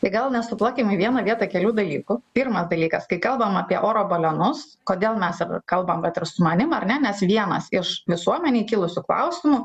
tai gal nesuplakim į vieną vietą kelių dalykų pirmas dalykas kai kalbam apie oro balionus kodėl mes kalbam vat ir su manim ar ne nes vienas iš visuomenei kilusių klausimų